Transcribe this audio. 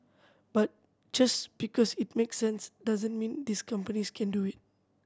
but just because it makes sense doesn't mean these companies can do it